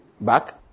back